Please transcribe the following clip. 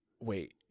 wait